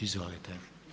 Izvolite.